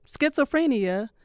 schizophrenia